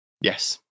Yes